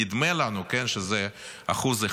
נדמה לנו שזה 1%,